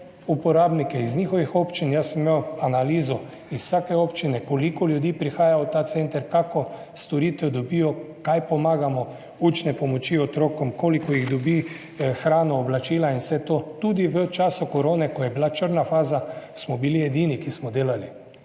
uporabnike iz njihovih občin. Jaz sem imel analizo iz vsake občine, koliko ljudi prihaja v ta center, 23. TRAK: (NB) – 16.35 (Nadaljevanje) kakšno storitev dobijo, kaj pomagamo, učne pomoči otrokom, koliko jih dobi hrano, oblačila in vse to. Tudi v času korone, ko je bila črna faza, smo bili edini, ki smo delali,